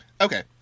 Okay